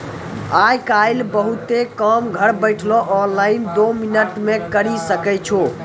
आय काइल बहुते काम घर बैठलो ऑनलाइन दो मिनट मे करी सकै छो